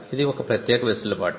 ఇది ఒక ప్రత్యేక వెసులుపాటు